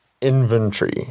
inventory